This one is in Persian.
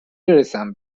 برسم